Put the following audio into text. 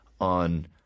on